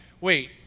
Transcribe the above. wait